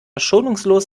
schonungslos